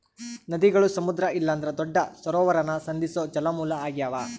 ನದಿಗುಳು ಸಮುದ್ರ ಇಲ್ಲಂದ್ರ ದೊಡ್ಡ ಸರೋವರಾನ ಸಂಧಿಸೋ ಜಲಮೂಲ ಆಗ್ಯಾವ